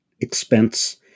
expense